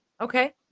Okay